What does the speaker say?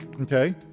okay